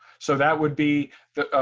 so, that would be the,